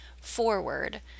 forward